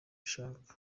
ushaka